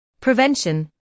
prevention